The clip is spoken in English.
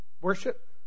worship